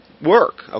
work